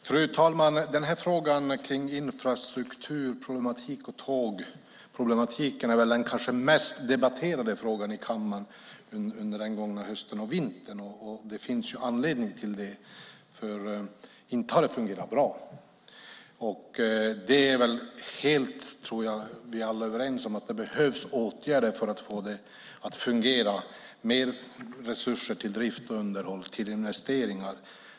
Fru talman! Frågan om infrastrukturproblematik och tågproblematik har kanske varit den mest debatterade i kammaren under den gångna hösten och vintern. Det finns anledning till det, för inte har det fungerat bra. Jag tror att vi alla är överens om att det behövs åtgärder för att få det att fungera med resurser till drift, underhåll och till investeringar.